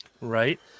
Right